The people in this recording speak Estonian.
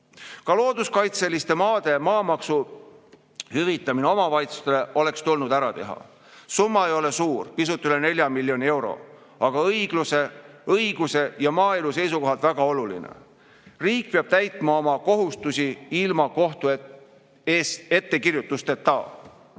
looduskaitseliste maade maamaksu hüvitamine omavalitsustele oleks tulnud ära teha. Summa ei ole suur, pisut üle 4 miljoni euro, aga õigluse, õiguse ja maaelu seisukohalt väga oluline. Riik peab täitma oma kohustusi ilma kohtu ettekirjutusteta. Selline